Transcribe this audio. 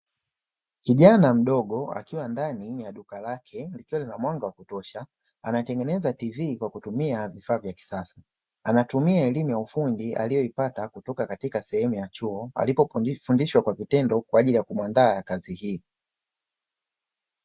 Kijana mdogo akiwa ndani ya duka lake likiwa lina mwanga wa kutosha, anatengeneza TV kwa kutumia vifaa vya kisasa, anatumia elimu ya ufundi aliyoipata kutoka katika sehemu ya chuo, alipofundishwa kwa vitendo kwa ajili ya kumuandaa na kazi hii.